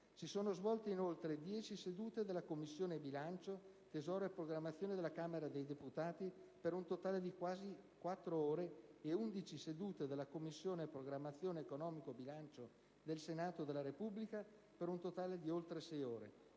Si sono svolte inoltre 10 sedute della Commissione bilancio, tesoro e programmazione della Camera dei deputati, per un totale di quasi quattro ore e 11 sedute della Commissione programmazione economica, bilancio del Senato della Repubblica, per un totale di oltre sei ore.